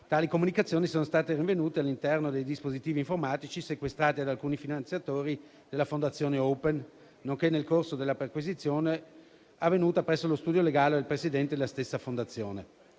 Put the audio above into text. Tali comunicazioni sono state rinvenute all'interno dei dispositivi informatici sequestrati ad alcuni finanziatori della Fondazione Open, nonché nel corso della perquisizione avvenuta presso lo studio legale del Presidente della stessa Fondazione.